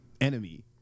Enemy